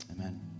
Amen